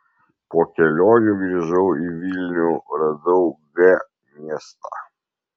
po kelionių grįžau į vilnių radau g miestą